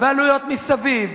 ועלויות מסביב.